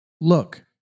Look